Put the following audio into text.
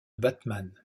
batman